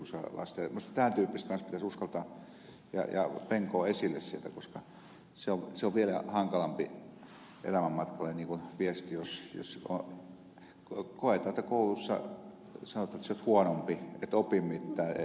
minusta tämän tyyppiset kanssa pitäisi uskaltaa penkoa esille sieltä koska se on vielä hankalampi elämänmatkalle niin kuin viesti jos koetaan että koulussa sanotaan että sinä olet huonompi et opi mitään